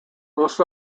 most